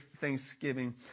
thanksgiving